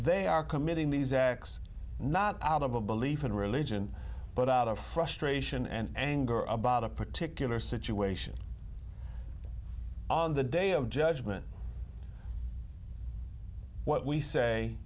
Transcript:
they are committing these acts not audible belief and religion but out of frustration and anger about a particular situation on the day of judgment what we say